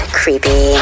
creepy